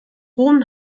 hohen